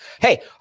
Hey